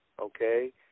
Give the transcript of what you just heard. Okay